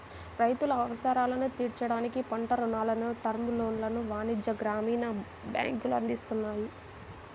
రైతుల అవసరాలను తీర్చడానికి పంట రుణాలను, టర్మ్ లోన్లను వాణిజ్య, గ్రామీణ బ్యాంకులు అందిస్తున్నాయి